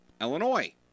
Illinois